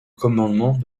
commandement